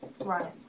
Right